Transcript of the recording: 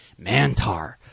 mantar